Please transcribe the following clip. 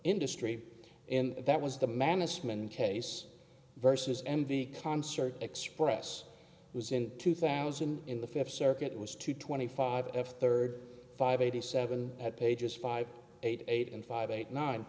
industry and that was the mannesmann case versus m v concert express was in two thousand in the fifth circuit it was two twenty five f third five eighty seven pages five eight eight and five eight nine